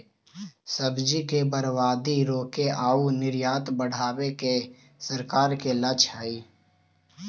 सब्जि के बर्बादी रोके आउ निर्यात बढ़ावे के सरकार के लक्ष्य हइ